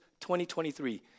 2023